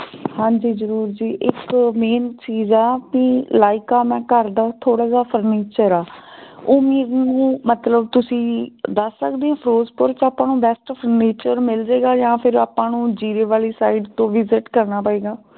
ਹਾਂਜੀ ਜ਼ਰੂਰ ਜੀ ਇਕ ਮੇਨ ਚੀਜ਼ ਆ ਵੀ ਲਾਈਕ ਆ ਮੈਂ ਘਰ ਦਾ ਥੋੜ੍ਹਾ ਜਿਹਾ ਫਰਨੀਚਰ ਆ ਉਹ ਮੈਨੂੰ ਮਤਲਬ ਤੁਸੀਂ ਦੱਸ ਸਕਦੇ ਹੋ ਫਿਰੋਜ਼ਪੁਰ 'ਚ ਆਪਾਂ ਬੈਸਟ ਫਰਨੀਚਰ ਮਿਲ ਜਾਏਗਾ ਜਾਂ ਫਿਰ ਆਪਾਂ ਨੂੰ ਜੀਰੇ ਵਾਲੀ ਸਾਈਡ ਤੋਂ ਵੀਜਿਟ ਕਰਨਾ ਪਏਗਾ